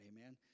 Amen